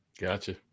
Gotcha